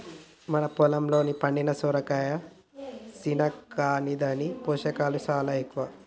మన పొలంలో పండిన సొరకాయ సిన్న కాని దాని పోషకాలు సాలా ఎక్కువ